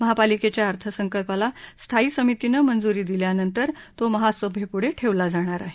महापालिकेच्या अर्थसंकल्पाला स्थायी समितीनं मंजूरी दिल्यानंतर तो महासभेप्ढे ठेवला जाणार आहे